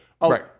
Right